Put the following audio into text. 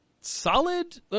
solid